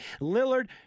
Lillard